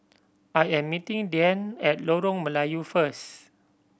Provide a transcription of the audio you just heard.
I am meeting Deane at Lorong Melayu first